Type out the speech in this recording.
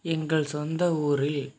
எங்கள் சொந்த ஊரில்